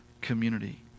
community